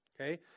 Okay